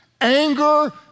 anger